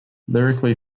lyrically